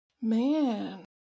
man